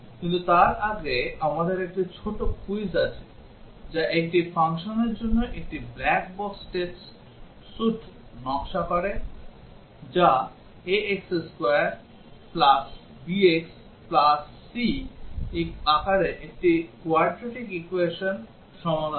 কিন্তু তার আগে আমাদের একটি ছোট কুইজ আছে যা একটি ফাংশনের জন্য একটি ব্ল্যাক বক্স টেস্ট স্যুট নকশা করা যা ax2bxc আকারে একটি quadratic equation সমাধান করে